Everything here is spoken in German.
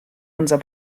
unser